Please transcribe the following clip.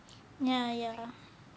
ya ya